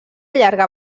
llarga